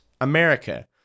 America